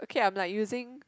okay I'm like using